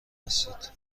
هستید